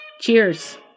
Cheers